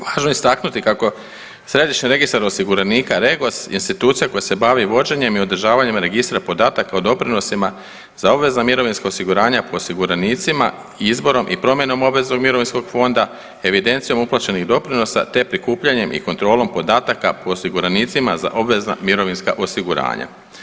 Važno je istaknuti kako središnji registar osiguranika REGOS je institucija koja se bavi vođenjem i održavanjem registra podataka o doprinosima za obvezna mirovinska osiguranja po osiguranicima izborom i promjenom obveznog mirovinskog fonda, evidencijom uplaćenih doprinosa, te prikupljanjem i kontrolom podataka po osiguranicima za obvezna mirovinska osiguranja.